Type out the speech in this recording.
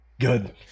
Good